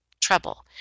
Trouble